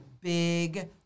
big